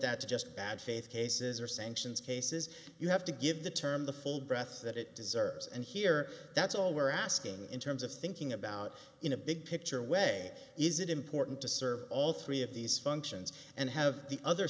to just bad faith cases or sanctions cases you have to give the term the full breaths that it deserves and here that's all we're asking in terms of thinking about in a big picture way is it important to serve all three of these functions and have the other